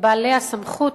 לבעלי הסמכות,